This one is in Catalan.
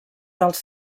dels